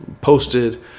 posted